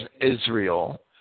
Israel